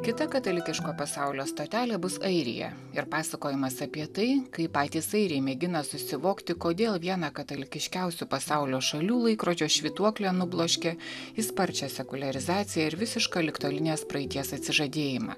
kita katalikiško pasaulio stotelė bus airija ir pasakojimas apie tai kaip patys airiai mėgina susivokti kodėl vieną katalikiškiausių pasaulio šalių laikrodžio švytuoklė nubloškė į sparčią sekuliarizaciją ir visišką ligtolinės praeities atsižadėjimą